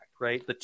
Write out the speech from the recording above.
right